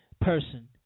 person